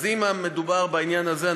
אם המדובר בעניין הזה,